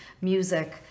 music